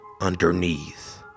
underneath